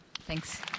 Thanks